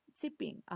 sipping